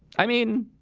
i mean,